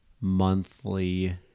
Monthly